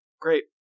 Great